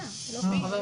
12)